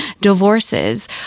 Divorces